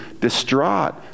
distraught